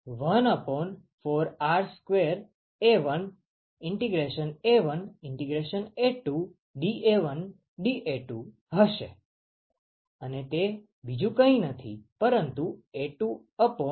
તેથી તે F1214R21A1A1A2dA1dA2 હશે અને તે બીજું કઈ નથી પરંતુ A24πR2 છે